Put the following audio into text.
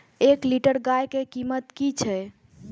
एक लीटर गाय के कीमत कि छै?